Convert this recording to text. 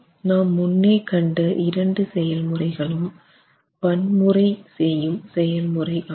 நாம் முன்னே கண்ட இரண்டு செயல் முறைகளும் பன்முறை செய்யும் செயல் முறை ஆகும்